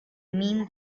mean